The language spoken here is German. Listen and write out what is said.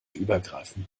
übergreifen